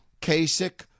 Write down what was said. Kasich